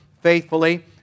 faithfully